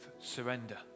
surrender